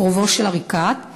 קרובו של עריקאת,